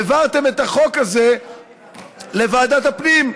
והעברתם את החוק הזה לוועדת הפנים,